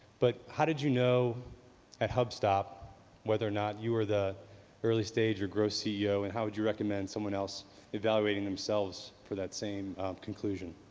but how did you know at hopstop whether or not you were the early stage or growth ceo, and how would you recommend someone else evaluating themselves for that same conclusion?